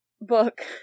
book